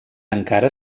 encara